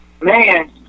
man